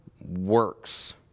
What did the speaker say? works